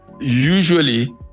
usually